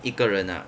一个人 ah